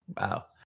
Wow